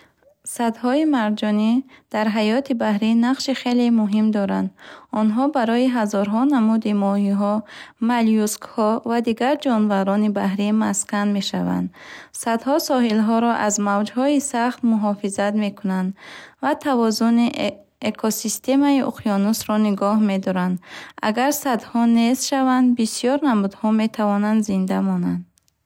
Саддҳои марҷонӣ дар ҳаёти баҳрӣ нақши хеле муҳим доранд. Онҳо барои ҳазорҳо намуди моҳиҳо, моллюскҳо ва дигар ҷонварони баҳрӣ маскан мешаванд. Саддҳо соҳилҳоро аз мавҷҳои сахт муҳофизат мекунанд ва тавозуни экосистемаи уқёнусро нигоҳ медоранд. Агар саддҳо нест шаванд, бисёр намудҳо метавонанд зинда монанд.